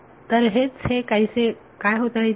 तर हेच हे काहीसे काय होत आहे इथे